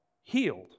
healed